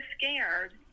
scared